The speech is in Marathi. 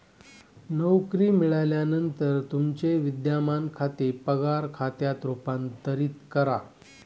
नोकरी मिळाल्यानंतर तुमचे विद्यमान खाते पगार खात्यात रूपांतरित करा